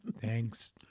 Thanks